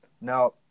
Now